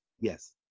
Yes